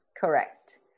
correct